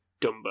Dumbo